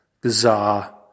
bizarre